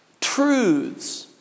truths